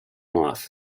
off